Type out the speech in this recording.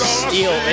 steal